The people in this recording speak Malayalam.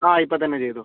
ആ ഇപ്പം തന്നെ ചെയ്തോ